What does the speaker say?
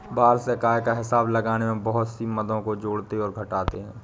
वार्षिक आय का हिसाब लगाने में बहुत सी मदों को जोड़ते और घटाते है